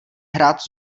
hrát